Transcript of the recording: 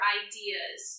ideas